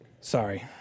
Sorry